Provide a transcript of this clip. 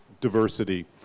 diversity